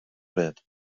bryd